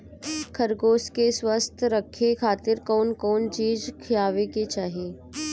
खरगोश के स्वस्थ रखे खातिर कउन कउन चिज खिआवे के चाही?